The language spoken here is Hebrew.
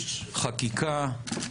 חקיקה,